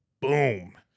boom